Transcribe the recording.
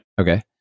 okay